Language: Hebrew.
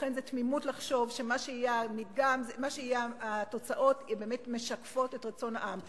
ולכן זה תמימות לחשוב שהתוצאות באמת משקפות את רצון העם.